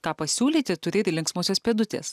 ką pasiūlyti turi ir linksmosios pėdutės